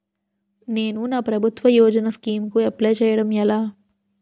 నేను నా ప్రభుత్వ యోజన స్కీం కు అప్లై చేయడం ఎలా?